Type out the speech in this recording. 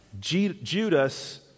Judas